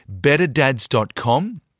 BetterDads.com